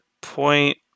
point